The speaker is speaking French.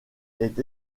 est